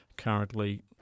currently